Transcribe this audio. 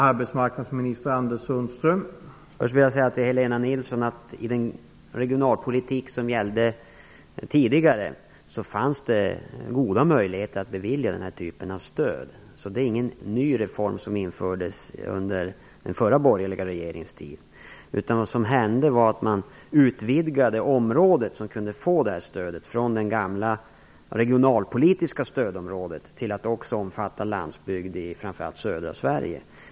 Herr talman! Först vill jag säga till Helena Nilsson att i den regionalpolitik som gällde tidigare fanns goda möjligheter att bevilja denna typ av stöd. Det är inte någon ny reform som gjordes under den förra borgerliga regeringens tid. Vad som hände var att man utvidgade det område där detta stöd kunde erhållas, från det regionalpolitiska stödområdet till att också omfatta landsbygden i framför allt södra Sverige.